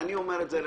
אני אומר לך,